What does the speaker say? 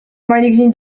malignie